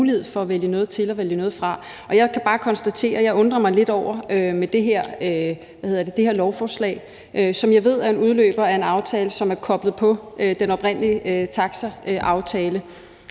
mulighed for at vælge noget til og vælge noget fra. Jeg kan bare konstatere, at jeg undrer mig lidt over det her lovforslag, som jeg ved er en udløber af en aftale, som er koblet på den oprindelige taxaaftale.